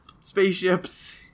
Spaceships